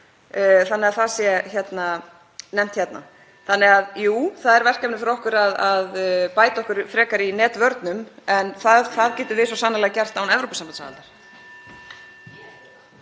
þannig að það sé nefnt. (Forseti hringir.) Þannig að jú, það er verkefni fyrir okkur að bæta okkur frekar í netvörnum, en það getum við svo sannarlega gert án Evrópusambandsaðildar.